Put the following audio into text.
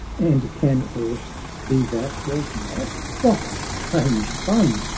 and can aught be that was not? what strange fun!